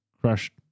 crushed